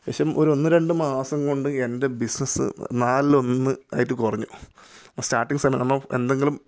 ശേഷം ഒരു ഒന്ന് രണ്ടു മാസം കൊണ്ട് എൻ്റെ ബിസിനസ് നാലിൽ ഒന്നായിട്ട് കുറഞ്ഞു സ്റ്റാർട്ടിങ് സമയം എന്തെങ്കിലും